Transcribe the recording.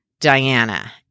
Diana